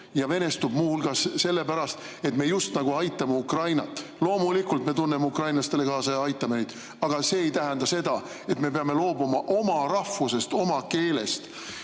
venestub ja muu hulgas sellepärast, et me just nagu aitame Ukrainat. Loomulikult me tunneme ukrainlastele kaasa ja aitame neid, aga see ei tähenda seda, et me peame loobuma oma rahvusest, oma keelest